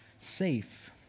safe